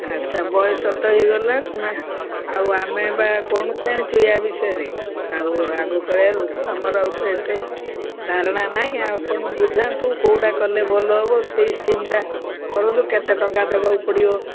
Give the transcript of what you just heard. ଆଚ୍ଛା ବୟସ ତ ହେଇଗଲା ନା ଆଉ ଆମେ ବା କଣ ଜାଣିଛୁ ୟା ବିଷୟରେ ଆଉ ଆଗ କାଳିଆ ଲୋକ ଆମର ଆଉ ତ ଏତେ ଧାରଣା ନାହିଁ ଆପଣ ବୁଝାନ୍ତୁ କେଉଁଟା କଲେ ଭଲ ହବ ସେଇ ସ୍କିମଟା କରନ୍ତୁ କେତେ ଟଙ୍କା ଦେବାକୁ ପଡ଼ିବ